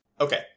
Okay